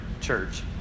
church